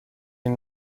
این